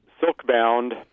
silk-bound